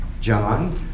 John